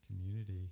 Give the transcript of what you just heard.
community